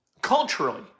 Culturally